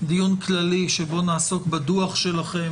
דיון כללי שבו נעסוק בדו"ח שלכם,